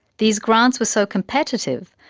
these grants were so competitive,